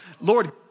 Lord